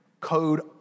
code